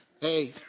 Hey